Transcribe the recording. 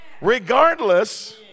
regardless